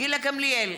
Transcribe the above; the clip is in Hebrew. גילה גמליאל,